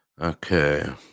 Okay